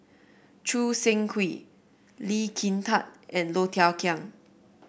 Choo Seng Quee Lee Kin Tat and Low Thia Khiang